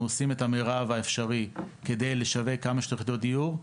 עושים את המירב האפשרי כדי לשווק כמה שיותר יחידות דיור.